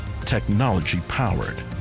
technology-powered